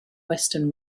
western